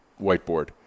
whiteboard